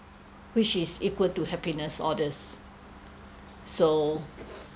which is equal to happiness all these so